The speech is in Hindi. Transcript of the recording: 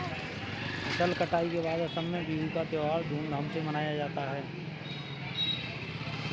फसल कटाई के बाद असम में बिहू का त्योहार धूमधाम से मनाया जाता है